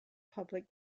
public